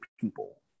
people